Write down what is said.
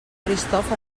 eristoff